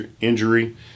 injury